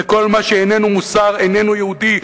וכל מה שאיננו מוסר איננו יהודי,